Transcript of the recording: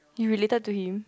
you related to him